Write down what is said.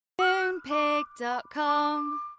Moonpig.com